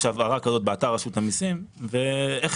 יש